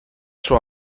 sua